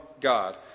God